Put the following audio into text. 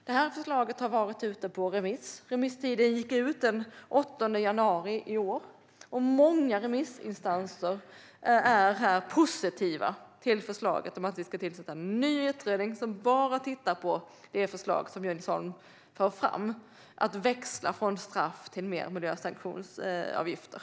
Detta förslag har varit ute på remiss. Remisstiden gick ut den 8 januari i år. Många remissinstanser är positiva till förslaget om att vi ska tillsätta en ny utredning som bara tittar på det förslag som Jens Holm för fram: att växla från straff till miljösanktionsavgifter.